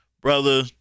brother